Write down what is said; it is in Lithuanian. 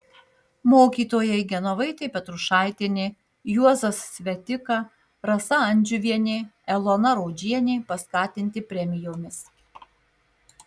mokytojai genovaitė petrušaitienė juozas svetika rasa andžiuvienė elona rodžienė paskatinti premijomis